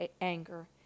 anger